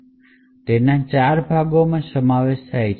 આ તે ચાર ભાગોનો સમાવેશ કરે છે